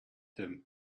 them